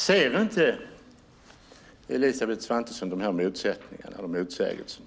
Ser inte Elisabeth Svantesson de här motsättningarna och motsägelserna?